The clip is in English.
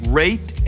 rate